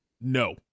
No